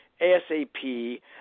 ASAP